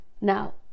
Now